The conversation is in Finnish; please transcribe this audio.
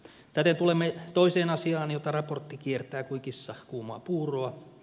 täten tulemme toiseen asiaan jota raportti kiertää kuin kissa kuumaa puuroa